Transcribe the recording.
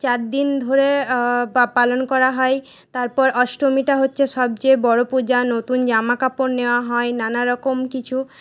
চারদিন ধরে পালন করা হয় তারপর অষ্টমীটা হচ্ছে সবচেয়ে বড় পূজা নতুন জামাকাপড় নেওয়া হয় নানারকম কিছু